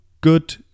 good